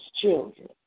children